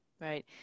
Right